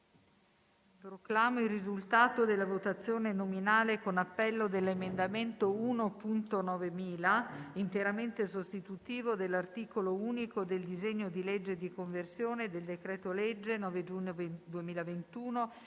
Proclamo il risultato della votazione nominale con appello dell'emendamento 1.9000 (testo corretto), interamente sostitutivo dell'articolo unico del disegno di legge di conversione in legge del decreto-legge 9 giugno 2021,